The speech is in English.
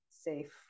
safe